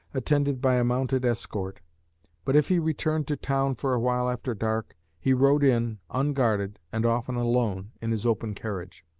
attended by a mounted escort but if he returned to town for a while after dark, he rode in unguarded, and often alone, in his open carriage.